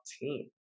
team